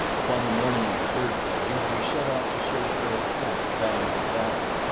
upon the morning of the third day we set out to search for a path down to the valley.